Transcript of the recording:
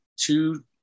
two